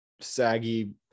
saggy